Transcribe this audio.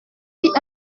fit